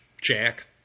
Jack